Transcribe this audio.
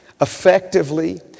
effectively